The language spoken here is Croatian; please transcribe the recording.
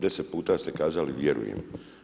Deset puta ste kazali „vjerujem“